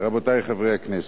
רבותי חברי הכנסת,